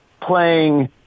playing